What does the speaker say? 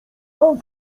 wam